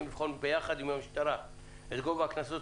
לבחון ביחד עם המשטרה את גובה הקנסות,